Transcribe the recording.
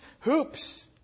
hoops